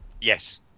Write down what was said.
Yes